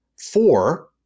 four